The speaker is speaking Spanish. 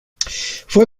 fue